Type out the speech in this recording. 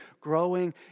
growing